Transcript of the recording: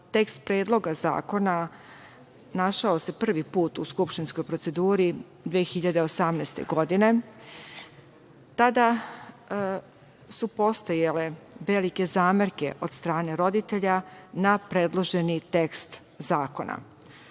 tekst Predloga zakona našao se prvi put u skupštinskoj proceduri 2018. godine tada su postojale velike zamerke od strane roditelja na predloženi tekst zakona. Odbor